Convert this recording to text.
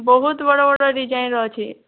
ବହୁତ ବଡ଼ ବଡ଼ ଡିଜାଇନ୍ର ଅଛି